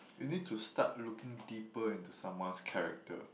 you need to starting looking deeper into someone's character